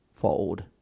fold